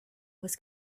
was